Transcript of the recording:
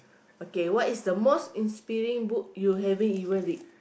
okay what is the most inspiring book you ever read